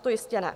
To jistě ne.